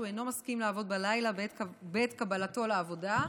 אינו מסכים לעבוד בלילה בעת קבלתו לעבודה,